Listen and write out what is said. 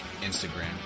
Instagram